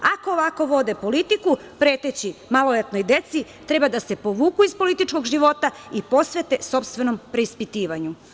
Ako ovako vode politiku, preteći maloletnoj deci, treba da se povuku iz političkog života i posvete sopstvenom preispitivanju.